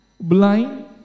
Blind